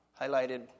highlighted